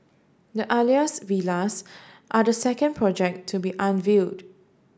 the Alias Villas are the second project to be unveiled